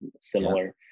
similar